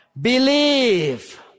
Believe